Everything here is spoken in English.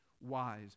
wise